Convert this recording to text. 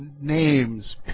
names